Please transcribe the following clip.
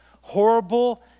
horrible